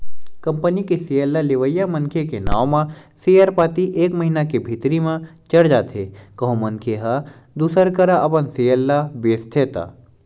company के share ल लेवइया मनखे के नांव म सेयर पाती एक महिना के भीतरी म चढ़ जाथे कहूं मनखे ह दूसर करा अपन सेयर ल बेंचथे त